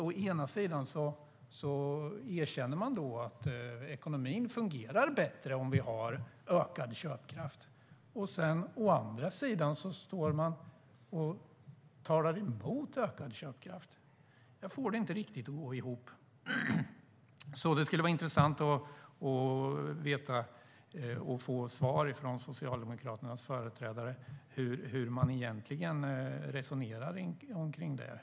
Å ena sidan erkänner man att ekonomin fungerar bättre om vi har ökad köpkraft, å andra sidan talar man emot ökad köpkraft. Jag får det inte riktigt att gå ihop. Det skulle vara intressant att få svar från Socialdemokraternas företrädare på frågan om hur man egentligen resonerar kring detta.